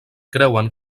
creuen